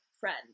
friend